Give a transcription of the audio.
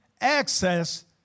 access